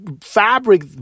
fabric